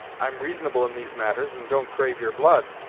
i'm reasonable in these matters, and don't crave your blood,